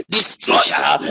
Destroyer